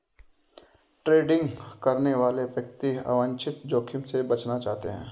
day trading करने वाले व्यक्ति अवांछित जोखिम से बचना चाहते हैं